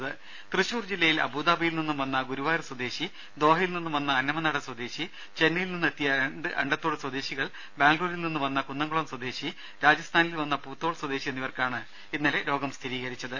രുമ തൃശൂർ ജില്ലയിൽ അബുദാബിയിൽ നിന്നും വന്ന ഗുരുവായൂർ സ്വദേശി ദോഹയിൽ നിന്നും വന്ന അന്നമനട സ്വദേശി ചെന്നെയിൽ നിന്നും വന്ന രണ്ടു അണ്ടത്തോട് സ്വദേശികൾ ബാംഗ്ലൂരിൽ നിന്നും വന്ന കുന്നംകുളം സ്വദേശി രാജസ്ഥാനിൽ നിന്നും വന്ന പൂത്തോൾ സ്വദേശി എന്നിവർക്കാണ് ഇന്നലെ രോഗം സ്ഥിരീകരിച്ചത്